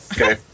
Okay